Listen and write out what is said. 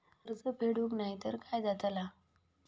कर्ज फेडूक नाय तर काय जाताला?